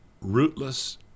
rootless